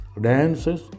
Dances